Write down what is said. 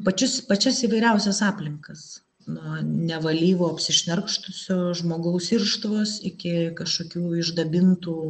pačius pačias įvairiausias aplinkas nuo nevalyvo apsišnerkštusio žmogaus irštvos iki kažkokių išdabintų